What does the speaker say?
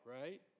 right